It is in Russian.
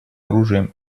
оружием